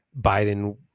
biden